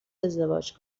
ازدواج